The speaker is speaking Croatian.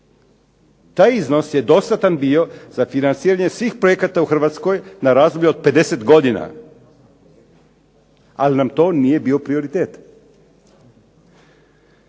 taj iznos je dostatan bio za financiranje svih projekata u Hrvatskoj na razdoblje od 50 godina, ali nam to nije bio prioritet.